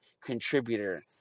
contributor